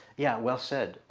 yeah, well said,